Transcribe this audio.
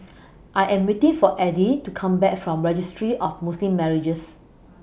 I Am waiting For Eddy to Come Back from Registry of Muslim Marriages